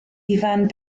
ifan